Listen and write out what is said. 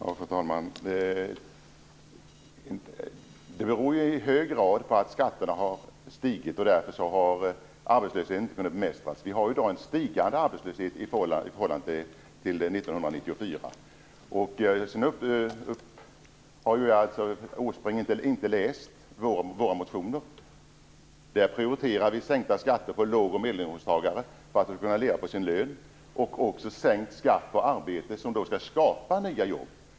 Fru talman! Det beror i hög grad på att skatterna har stigit. Därför har arbetslösheten inte kunnat bemästras. Vi har i dag en stigande arbetslöshet i förhållande till 1994. Erik Åsbrink har uppenbarligen inte läst våra motioner. Där prioriterar vi sänkta skatter för låg och medelinkomsttagare för att de skall kunna leva på sin lön och sänkt skatt på arbete vilket skall skapa nya jobb.